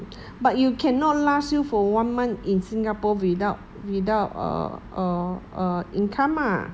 but you cannot last you for one month in singapore without without err err err income lah